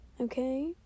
Okay